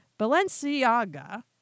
Balenciaga